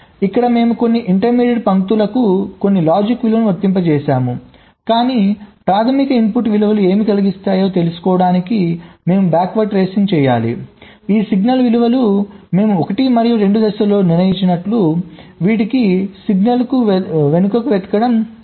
ఇక్కడ మేము కొన్ని ఇంటర్మీడియట్ పంక్తులకు కొన్ని లాజిక్ విలువలను వర్తింపజేసాము కాని ప్రాధమిక ఇన్పుట్ విలువలు ఏమి కలిగిస్తాయో తెలుసుకోవడానికి మేము బ్యాక్వార్డ్ ట్రేసింగ్ చేయాలి ఈ సిగ్నల్ విలువలు మేము 1 మరియు 2 దశల్లో నిర్ణయించినట్లు వీటికి సిగ్నల్ను వెనుకకు వెతకడం అవసరం